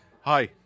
Hi